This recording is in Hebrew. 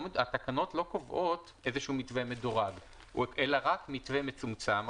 התקנות לא קובעות איזה שהוא מתווה מדורג אלא רק מתווה מצומצם,